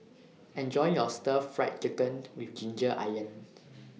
Enjoy your Stir Fry Chicken with Ginger Onions